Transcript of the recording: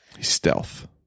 stealth